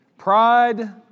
Pride